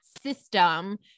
system